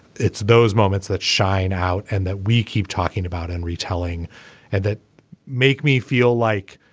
it's those moments that shine out and that we keep talking about and retelling and that make me feel like